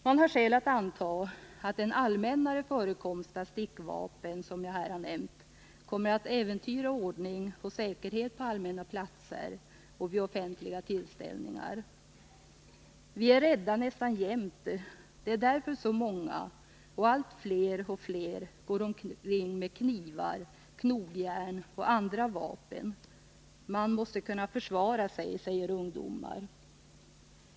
Man har skäl att anta att en allmännare förekomst av stickvapen, som jag här har nämnt, kommer att äventyra ordning och säkerhet på allmänna platser och vid offentliga tillställningar. — Vi är rädda nästan jämt; det är därför så många och — allt fler — går omkring med knivar, knogjärn och andra vapen. Man måste kunna försvara sig, säger ungdomar.